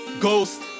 ghost